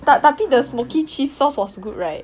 ta~ tapi the smokey cheese sauce was good right